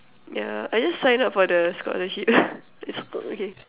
yeah I just sign up for the scholarship it's oh okay